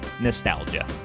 nostalgia